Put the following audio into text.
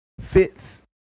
fits